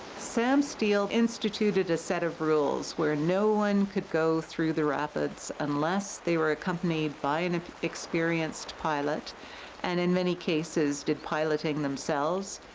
sam steele instituted a set of rules, where no one could go through the rapids unless they were accompanied by an experienced pilot and in many cases did piloting themselves.